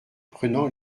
prenant